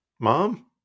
Mom